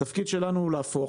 התפקיד שלנו הוא להפוך